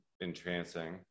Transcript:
entrancing